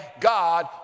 God